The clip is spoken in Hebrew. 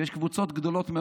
יש קבוצות גדולות,